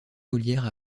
molière